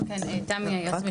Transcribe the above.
תמי היועצת המשפטית.